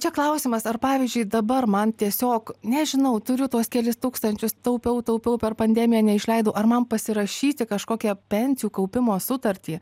čia klausimas ar pavyzdžiui dabar man tiesiog nežinau turiu tuos kelis tūkstančius taupiau taupiau per pandemiją neišleidau ar man pasirašyti kažkokią pensijų kaupimo sutartį